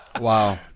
Wow